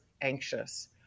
anxious